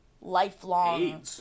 lifelong